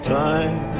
time